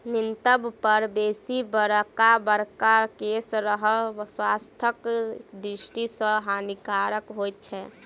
नितंब पर बेसी बड़का बड़का केश रहब स्वास्थ्यक दृष्टि सॅ हानिकारक होइत छै